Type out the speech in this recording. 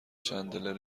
چندلر